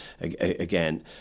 Again